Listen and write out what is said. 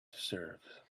deserve